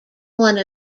one